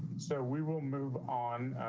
so we will move on,